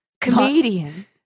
Comedian